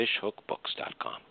fishhookbooks.com